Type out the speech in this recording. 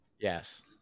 Yes